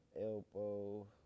elbow